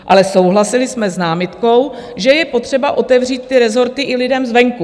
Ale souhlasili jsme s námitkou, že je potřeba otevřít ty rezorty i lidem zvenku.